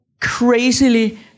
crazily